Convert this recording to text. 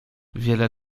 wiele